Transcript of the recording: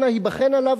אנא היבחן עליו,